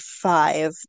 five